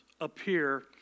appear